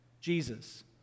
Jesus